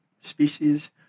species